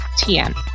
TM